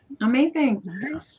Amazing